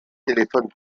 téléphones